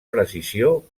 precisió